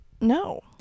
no